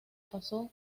pasó